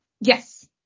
Yes